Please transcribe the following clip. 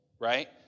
right